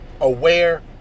Aware